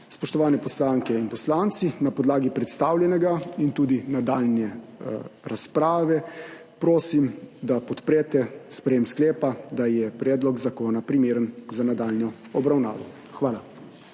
Spoštovani poslanke in poslanci, na podlagi predstavljenega in tudi nadaljnje razprave prosim, da podprete sprejem sklepa, da je predlog zakona primeren za nadaljnjo obravnavo. Hvala.